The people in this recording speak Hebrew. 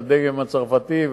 הדגם הצרפתי,